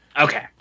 okay